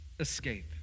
escape